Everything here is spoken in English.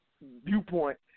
viewpoint